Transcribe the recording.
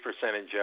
percentage